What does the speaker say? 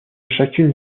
chacune